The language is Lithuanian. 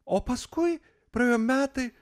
o paskui praėjo metai